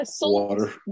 water